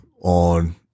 on